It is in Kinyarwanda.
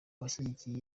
abashyigikiye